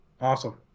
Awesome